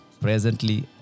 presently